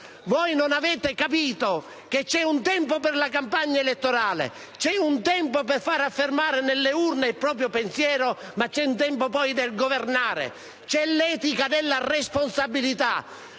Voi non avete capito che c'è un tempo per la campagna elettorale, c'è un tempo per fare affermare nelle urne il proprio pensiero, ma c'è un tempo poi del governare. C'è l'etica della responsabilità.